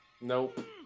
Nope